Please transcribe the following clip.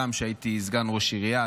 כשהייתי סגן ראש עירייה,